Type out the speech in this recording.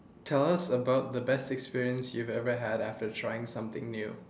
tell us about the best experience you ever have after trying something new